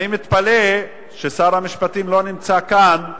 אני מתפלא ששר המשפטים לא נמצא כאן,